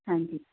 ਹਾਂਜੀ